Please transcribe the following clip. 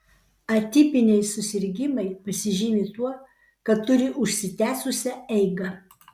atipiniai susirgimai pasižymi tuo kad turi užsitęsusią eigą